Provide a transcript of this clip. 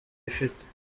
yifite